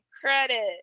credit